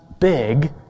Big